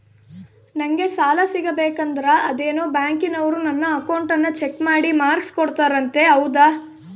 ನಂಗೆ ಸಾಲ ಸಿಗಬೇಕಂದರ ಅದೇನೋ ಬ್ಯಾಂಕನವರು ನನ್ನ ಅಕೌಂಟನ್ನ ಚೆಕ್ ಮಾಡಿ ಮಾರ್ಕ್ಸ್ ಕೋಡ್ತಾರಂತೆ ಹೌದಾ?